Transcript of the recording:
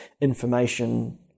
information